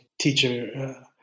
teacher